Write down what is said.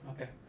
okay